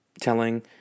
telling